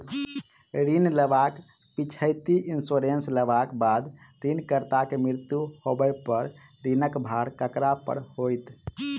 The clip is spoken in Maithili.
ऋण लेबाक पिछैती इन्सुरेंस लेबाक बाद ऋणकर्ताक मृत्यु होबय पर ऋणक भार ककरा पर होइत?